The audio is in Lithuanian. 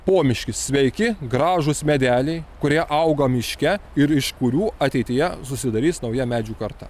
pomiškis sveiki gražūs medeliai kurie auga miške ir iš kurių ateityje susidarys nauja medžių karta